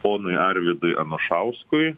ponui arvydui anušauskui